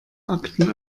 akten